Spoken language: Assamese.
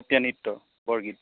সত্ৰীয়া নৃত্য বৰগীত